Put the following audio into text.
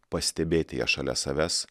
pastebėti ją šalia savęs